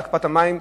להקפאת מחיר המים.